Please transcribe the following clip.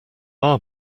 are